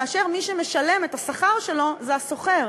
כאשר מי שמשלם את השכר שלו זה השוכר.